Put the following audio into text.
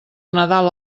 nadal